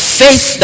faith